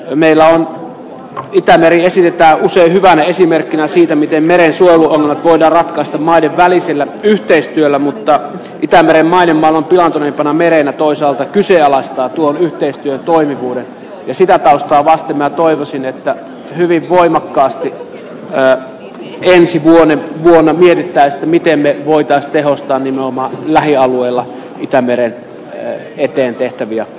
ei meillä mitään väliä siitä on hyvänä esimerkkinä siitä miten ne suojella kyllä ratkaista maiden välisellä yhteistyöllä mutta itämeren maiden valuuttojen virtana miehenä toisaalta kyseenalaistaa tuon yhteistyön toimivuuden ja sitä taustaa vasten mä toivoisin että hyvin voimakkaasti ää ensi vuonna mietitään miten me voitais tehostaa nimenomaan lähialueella itämeren eteen tehtäviä